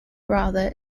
rather